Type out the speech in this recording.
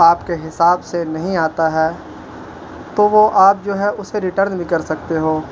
آپ کے حساب سے نہیں آتا ہے تو وہ آپ جو ہے اسے ریٹرن بھی کر سکتے ہو